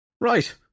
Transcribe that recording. Right